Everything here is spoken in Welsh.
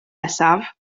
nesaf